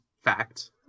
fact